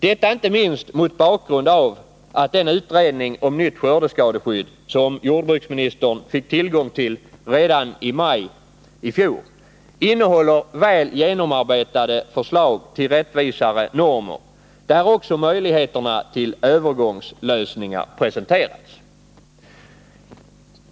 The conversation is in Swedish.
Detta inte minst mot bakgrund av att den utredning om nytt skördeskadeskydd som jordbruksministern fick tillgång till redan i maj i fjol innehåller väl genomarbetade förslag till rättvisare normer. Där presenteras också möjligheter till övergångslösningar.